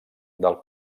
del